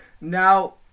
Now